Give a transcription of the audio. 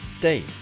day